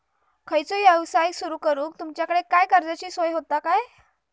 खयचो यवसाय सुरू करूक तुमच्याकडे काय कर्जाची सोय होता काय?